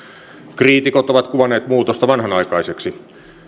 kriitikot ovat kuvanneet muutosta vanhanaikaiseksi